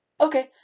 Okay